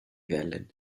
wellen